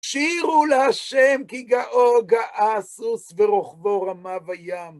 שירו ל'ה' כי גאו גאה סוס ורוחבו רמה בים.